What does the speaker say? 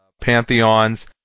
pantheons